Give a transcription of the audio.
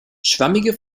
schwammige